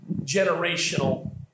generational